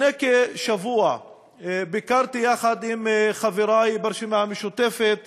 לפני כשבוע ביקרתי יחד עם חברי מהרשימה המשותפת,